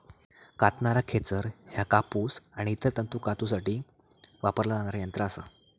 कातणारा खेचर ह्या कापूस आणि इतर तंतू कातूसाठी वापरला जाणारा यंत्र असा